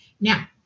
Now